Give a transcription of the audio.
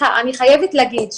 אני חייבת להגיד שאימאמים,